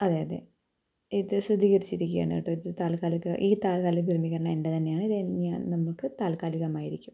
അതെ അതെ ഇത് സ്ഥിരീകരിച്ചിരിക്കുകയാണ് കേട്ടോ ഇത് താൽക്കാലിക ഈ താൽക്കാല ക്രമീകരണം എൻ്റെ തന്നെയാണ് ഇത് ഞാൻ ഞാൻ നമുക്ക് താൽക്കാലികമായിരിക്കും